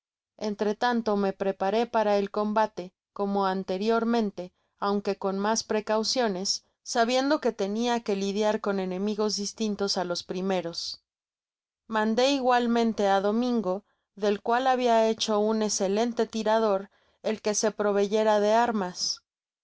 entre tanto me preparé para el combate como anteriormente aunque con mas precauciones sabiendo que tenia que lidiar con enemigos distintos á ios primeros mandó igualmente á domingo del cual habia hecho un escelente tirador el que se proveyera de armas